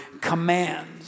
commands